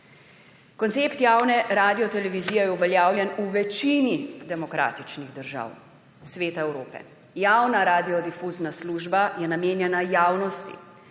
Koncept javne radiotelevizije je uveljavljen v večini demokratičnih držav Sveta Evrope. »Javna radiodifuzna služba je namenjena javnosti,